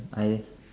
I